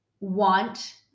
want